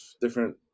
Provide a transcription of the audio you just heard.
different